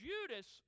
Judas